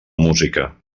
música